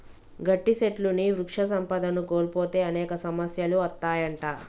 గట్టి సెట్లుని వృక్ష సంపదను కోల్పోతే అనేక సమస్యలు అత్తాయంట